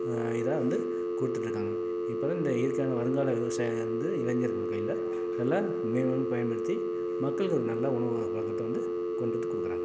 இதாக வந்து கொடுத்துட்ருக்காங்க இப்போலாம் இந்த இயற்கையான வருங்கால விவசாயம் வந்து இளைஞர்கள் கையில நல்லா மேம்மேலும் பயன்படுத்தி மக்களுக்கு அது நல்ல உணவு பழக்கத்த வந்து கொண்டு வந்து கொடுக்குறாங்க